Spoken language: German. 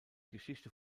geschichte